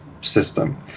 system